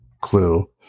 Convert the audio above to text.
clue